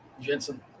Jensen